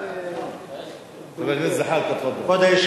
ברוך השם.